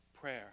prayer